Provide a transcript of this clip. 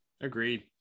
Agreed